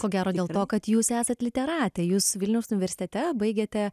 ko gero dėl to kad jūs esat literatė jus vilniaus universitete baigėte